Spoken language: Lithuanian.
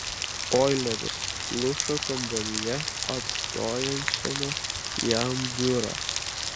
oileris pluša kambaryje atstojančiame jam biurą